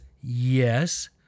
yes